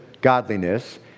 godliness